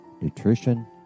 nutrition